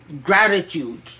gratitude